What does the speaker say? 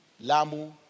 Lamu